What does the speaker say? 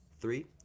three